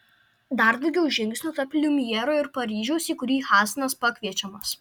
dar daugiau žingsnių tarp liumjero ir paryžiaus į kurį hasanas pakviečiamas